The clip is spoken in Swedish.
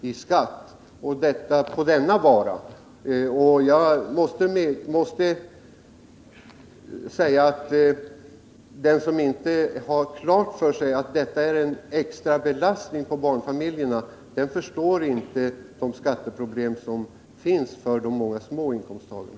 i skatt enbart på sina inköp av mjölk. Den som inte har klart för sig att detta är en extra belastning på barnfamiljerna förstår inte de skatteproblem som finns för de många små inkomsttagarna.